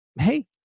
Hey